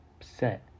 set